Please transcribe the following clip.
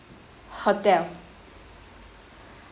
hotel